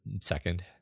second